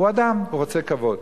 הוא אדם, הוא רוצה כבוד.